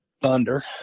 Thunder